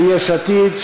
של יש עתיד,